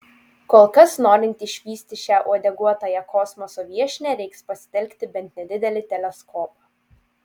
kol kas norint išvysti šią uodeguotąją kosmoso viešnią reiks pasitelkti bent nedidelį teleskopą